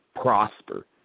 prosper